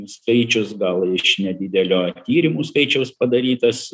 skaičius gal iš nedidelio tyrimų skaičiaus padarytas